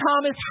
Thomas